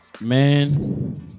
man